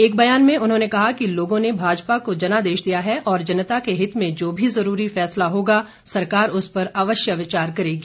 एक बयान में उन्होंने कहा कि लोगों ने भाजपा को जनादेश दिया है और जनता के हित में जो भी जरूरी फैसला होगा सरकार उस पर अवश्य विचार करेगी